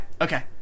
okay